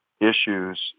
issues